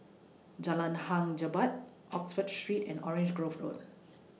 Jalan Hang Jebat Oxford Street and Orange Grove Road